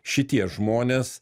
šitie žmonės